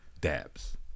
dabs